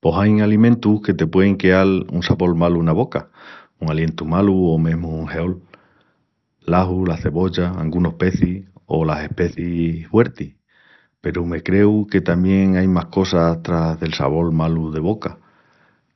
Pos ain alimentus que te puein queal un sabol malu ena boca, un alientu malu o mesmu un heol. L'aju, la cebolla, angunus pecis o las especiis huertis. Peru me creu que tamién ain más cosas tras del sabol malu de boca.